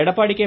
Edappadi K